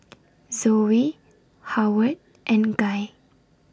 Zoe Howard and Guy